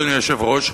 אדוני היושב-ראש,